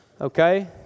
Okay